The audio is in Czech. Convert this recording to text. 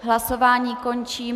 Hlasování končím.